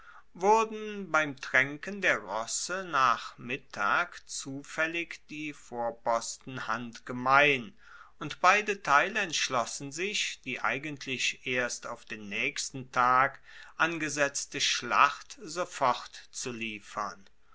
wurden beim traenken der rosse nach mittag zufaellig die vorposten handgemein und beide teile entschlossen sich die eigentlich erst auf den naechsten tag angesetzte schlacht sofort zu liefern